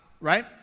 right